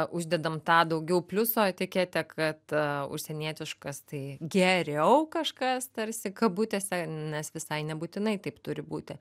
uždedam tą daugiau pliuso etiketę kad užsienietiškas tai geriau kažkas tarsi kabutėse nes visai nebūtinai taip turi būti